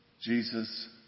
Jesus